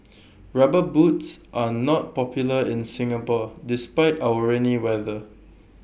rubber boots are not popular in Singapore despite our rainy weather